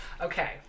Okay